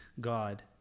God